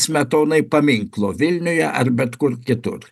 smetonai paminklo vilniuje ar bet kur kitur